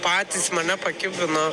patys mane pakibino